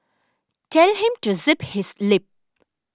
tell him to zip his lip